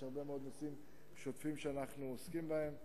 הרבה מאוד נושאים שוטפים שאנחנו עוסקים בהם.